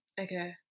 Okay